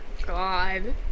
god